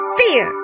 fear